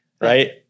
Right